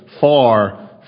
far